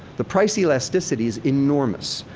the price elasticity is enormous.